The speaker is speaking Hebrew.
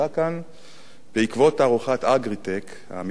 עקב תערוכת "אגריטך" המתקיימת בימים אלה,